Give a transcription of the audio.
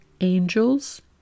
angels